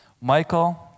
Michael